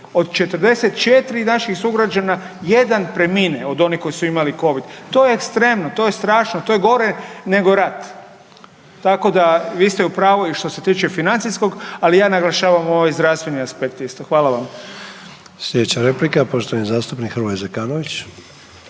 Od 44 naših sugrađana jedan premine od oni koji su imali Covid. To je ekstremno, to je strašno, to je gore nego rat. Tako da vi ste u pravo i što se tiče financijskog ali ja naglašavam ovaj zdravstveni aspekt isto. Hvala vam. **Sanader, Ante (HDZ)** Slijedeća replika poštovani zastupnik Hrvoje Zekanović.